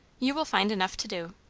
you will find enough to do.